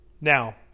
Now